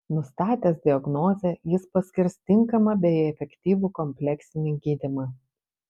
nustatęs diagnozę jis paskirs tinkamą bei efektyvų kompleksinį gydymą